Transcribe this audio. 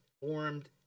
formed